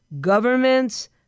governments